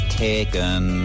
taken